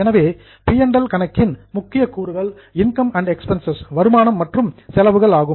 எனவே பி மற்றும் ல் கணக்கின் முக்கிய கூறுகள் இன்கம்ஸ் அண்ட் எக்பென்சஸ் வருமானம் மற்றும் செலவுகள் ஆகும்